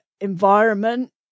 environment